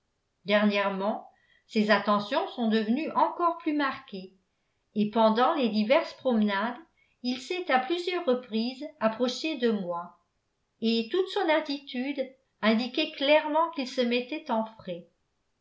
dernièrement ses attentions sont devenues encore plus marquées et pendant les diverses promenades il s'est à plusieurs reprises approché de moi et toute son attitude indiquait clairement qu'il se mettait en frais